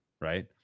right